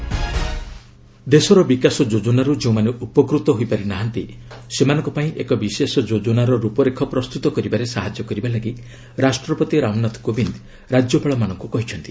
governors conference ଦେଶର ବିକାଶ ଯୋଜନାରୁ ଯେଉଁମାନେ ଉପକୃତ ହୋଇପାରି ନାହାନ୍ତି ସେମାନଙ୍କପାଇଁ ଏକ ବିଶେଷ ଯୋଜନାର ରୂପରେଖ ପ୍ରସ୍ତୁତ କରିବାରେ ସାହାଯ୍ୟ କରିବାପାଇଁ ରାଷ୍ଟ୍ରପତି ରାମନାଥ କୋବିନ୍ଦ୍ ରାଜ୍ୟପାଳମାନଙ୍କୁ କହିଛନ୍ତି